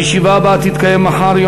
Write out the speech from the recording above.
הישיבה הבאה תתקיים מחר,